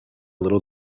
little